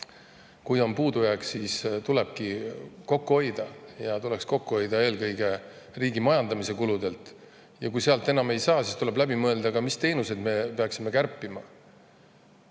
kui on puudujääk, siis tulebki kokku hoida. Tuleb kokku hoida eelkõige riigi majandamise kuludelt ja kui sealt enam ei saa, siis tuleb läbi mõelda, mis teenuseid me peaksime kärpima. Kui